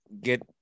get